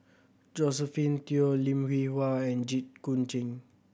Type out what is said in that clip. Josephine Teo Lim Hwee Hua and Jit Koon Ch'ng